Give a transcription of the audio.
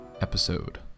episode